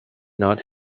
not